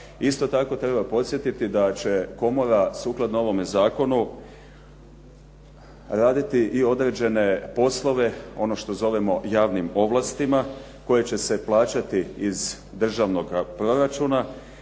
Isto tako treba podsjetiti da će komora sukladno ovome zakonu, raditi i određene poslove, ono što zovemo javnim ovlastima koje će se plaćati iz državnoga proračuna